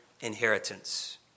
inheritance